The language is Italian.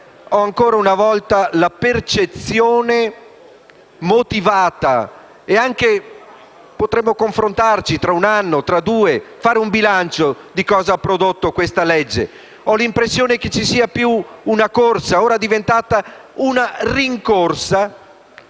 Ancora una volta, ho una percezione motivata. Potremmo confrontarci tra un anno, o tra due, e fare un bilancio di cosa ha prodotto questa legge. Ho l'impressione che ci sia più una corsa, ora diventata una rincorsa,